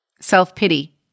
self-pity